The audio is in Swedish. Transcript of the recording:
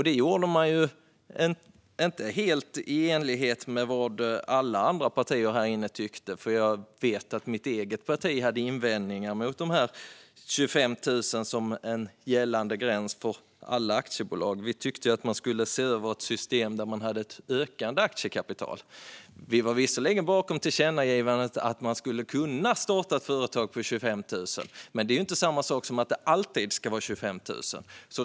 Man gjorde det inte i enlighet med vad alla partier här tyckte, för jag vet att mitt eget parti hade invändningar mot de 25 000 som gällande gräns för alla aktiebolag. Vi tyckte att man skulle titta på ett system med ökande aktiekapital. Vi stod visserligen bakom tillkännagivandet om att man skulle kunna starta ett företag med 25 000, men det är inte samma sak som att det alltid ska vara 25 000.